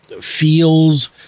feels